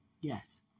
Yes